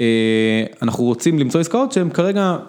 אנחנו רוצים למצוא עסקאות שהם כרגע.